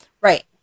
Right